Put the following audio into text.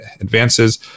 advances